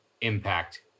impact